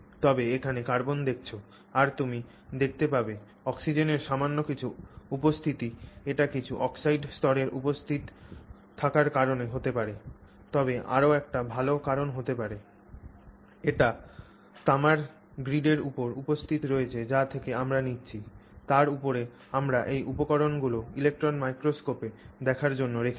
তুমি এখানে কার্বন দেখছ আর তুমি দেখতে পাবে অক্সিজেনের সামান্য কিছু উপস্থিতি এটি কিছু অক্সাইড স্তরের উপস্থিত থাকার কারণে হতে পারে তবে আরও একটা ভাল কারণ হতে পারে এটি তামার গ্রিডের উপর উপস্থিত রয়েছে যা থেকে আমরা নিচ্ছি যার উপরে আমরা এই উপকরণগুলি ইলেকট্রন মাইক্রোস্কোপে দেখার জন্য রেখেছি